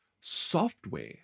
software